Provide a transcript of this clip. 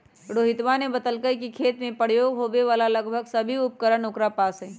रोहितवा ने बतल कई कि खेत में प्रयोग होवे वाला लगभग सभी उपकरण ओकरा पास हई